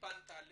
פנתה עליך,